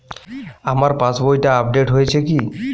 আমার পাশবইটা আপডেট হয়েছে কি?